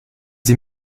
sie